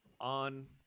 On